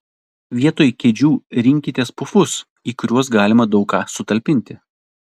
vietoj kėdžių rinkitės pufus į kuriuos galima daug ką sutalpinti